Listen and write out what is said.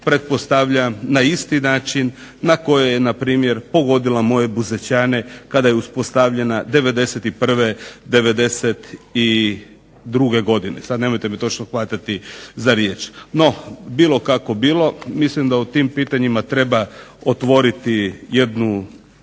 pretpostavljam na isti način na koji je npr. pogodila moje buzećane kada je uspostavljena '91., '92. godine sad nemojte me točno hvatati za riječ. No, bilo kako bilo mislim da o tim pitanjima treba otvoriti jednu